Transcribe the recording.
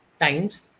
times